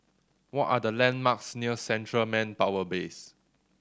what are the landmarks near Central Manpower Base